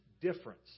difference